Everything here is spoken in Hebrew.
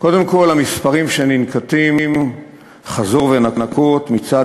קודם כול המספרים שננקטים חזור ונקוט מצד